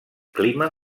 clima